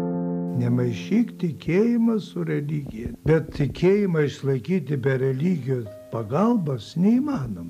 nemaišyk tikėjimo su religija bet tikėjimą išsilaikyti be religijos pagalbos neįmanoma